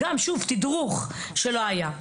שוב, תדרוך שלא היה.